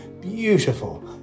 beautiful